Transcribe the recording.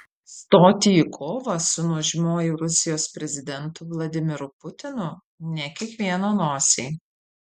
stoti į kovą su nuožmiuoju rusijos prezidentu vladimiru putinu ne kiekvieno nosiai